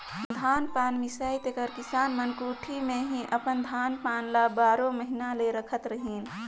धान पान मिसाए तेकर किसान मन कोठी मे ही अपन धान पान ल बारो महिना ले राखत रहिन